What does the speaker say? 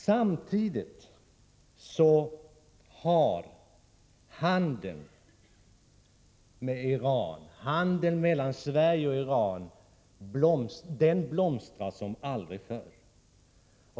Samtidigt blomstrar handeln mellan Sverige och Iran som aldrig förr.